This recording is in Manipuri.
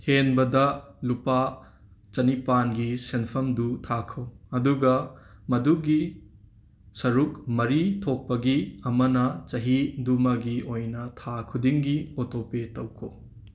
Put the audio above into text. ꯍꯦꯟꯕꯗ ꯂꯨꯄꯥ ꯆꯅꯤꯄꯥꯟꯒꯤ ꯁꯦꯟꯐꯝꯗꯨ ꯊꯥꯈꯣ ꯑꯗꯨꯒ ꯃꯗꯨꯒꯤ ꯁꯔꯨꯛ ꯃꯔꯤ ꯊꯣꯛꯄꯒꯤ ꯑꯃꯅ ꯆꯍꯤꯗꯨꯃꯒꯤ ꯑꯣꯏꯅ ꯊꯥ ꯈꯨꯗꯤꯡꯒꯤ ꯑꯣꯇꯣꯄꯦ ꯇꯧꯈꯣ